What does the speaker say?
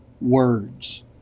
words